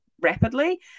rapidly